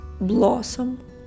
blossom